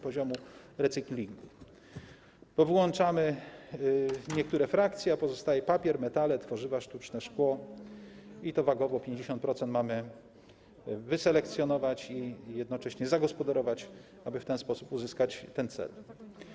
Powyłączamy niektóre frakcje, a pozostanie papier, metale, tworzywa sztuczne, szkło i to wagowo 50% mamy wyselekcjonować i jednocześnie zagospodarować, aby w ten sposób uzyskać cel.